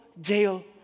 jail